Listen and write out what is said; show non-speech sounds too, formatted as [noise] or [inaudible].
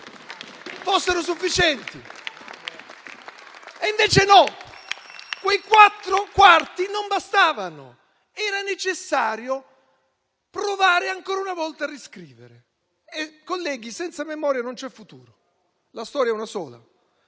fossero sufficienti. [applause] E invece no: quei quattro quarti non bastavano; era necessario provare ancora una volta a riscrivere. Colleghi, senza memoria non c'è futuro; la storia è una sola.